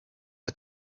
are